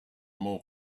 more